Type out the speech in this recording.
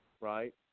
right